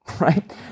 right